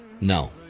No